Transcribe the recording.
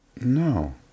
No